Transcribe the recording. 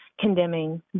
condemning